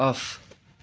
of